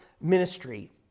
ministry